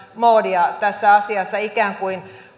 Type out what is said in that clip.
moodia tässä asiassa ikään kuin